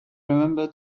remember